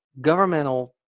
governmental